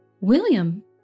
William